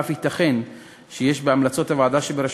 ואף ייתכן שיש בהמלצות הוועדה בראשותך,